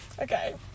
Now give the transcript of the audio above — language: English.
Okay